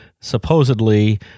supposedly